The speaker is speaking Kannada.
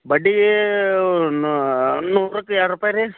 ಬಡ್ಡಿ ನೂರಕ್ಕೆ ಎರಡು ರೂಪಾಯಿ ರೀ